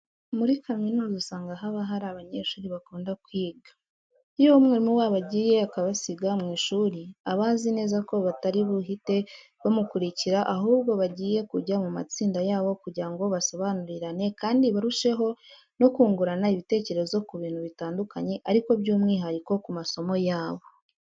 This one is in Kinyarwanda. Muri kaminuza usanga haba hari abanyeshuri bakunda kwiga. Iyo umwarimu wabo agiye akabasiga mu ishuri, aba azi neza ko batari buhite bamukurikira ahubwo bagiye kujya mu matsinda yabo kugira ngo basobanurirane kandi barusheho no kungurana ibitekerezo ku bintu bitandukanye ariko by'umwihariko ku masomo yabo.